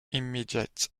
immediate